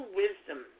wisdom